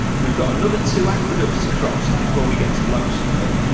we've got another two aqueducts across before we get to lowsonford,